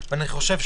זה הנושא.